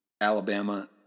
Alabama